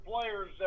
players